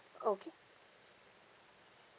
okay